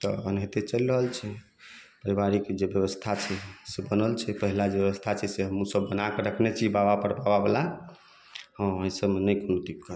तऽ एनाहिते चलि रहल छै परिबारिक जे ब्यबस्था छै से बनल छै पहला जे ब्यबस्था छै से हमहुँ सब बनाके रखने छी बाबा परबाबा बला हँ एहिसबमे नहि कोनो दिक्कत